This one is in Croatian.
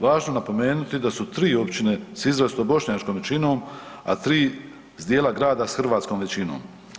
Važno je napomenuti da su 3 općine s izrazito bošnjačkom većinom, a 3 s dijela grada s hrvatskom većinom.